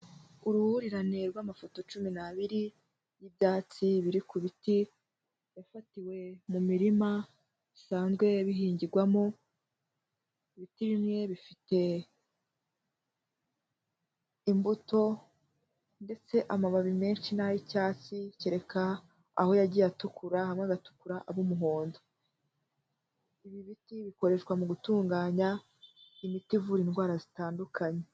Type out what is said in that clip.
Uruhurirane rw'amafoto cumi n'abiri y'ibyatsi biri ku biti, yafatiwe mu mirima bisanzwe bihingirwamo, ibiti bimwe bifite imbuto, ndetse amababi menshi n'ay'icyatsi, kereka aho yagiye atukura, hamwe agatukura aba umuhondo, ibi biti bikoreshwa mu gutunganya imiti ivura indwara zitandukanye.